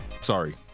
Sorry